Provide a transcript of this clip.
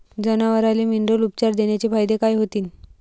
जनावराले मिनरल उपचार देण्याचे फायदे काय होतीन?